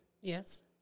Yes